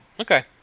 okay